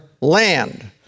land